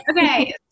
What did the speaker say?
Okay